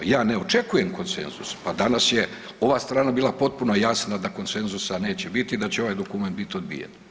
Ja ne očekujem konsenzus pa danas je ova strana bila potpuno jasna da konsenzusa neće biti da će ovaj dokument biti odbijen.